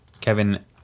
Kevin